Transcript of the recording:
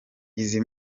izi